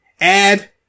Add